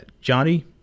Johnny